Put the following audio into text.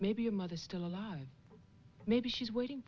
maybe your mother still alive maybe she's waiting